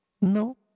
No